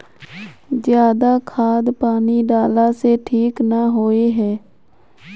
ज्यादा खाद पानी डाला से ठीक ना होए है?